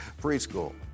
Preschool